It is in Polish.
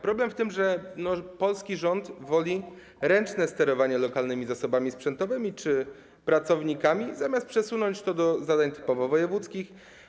Problem w tym, że polski rząd woli ręcznie sterować lokalnymi zasobami sprzętowymi czy pracownikami niż przesunąć to do zadań typowo wojewódzkich.